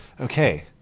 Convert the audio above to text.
Okay